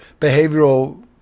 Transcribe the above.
behavioral